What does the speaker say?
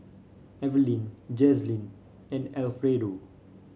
Evaline Jazlyn and Alfredo